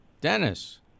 Dennis